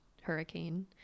hurricane